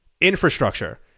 infrastructure